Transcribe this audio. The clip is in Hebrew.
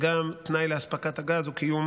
כי גם תנאי לאספקת הגז הוא קיום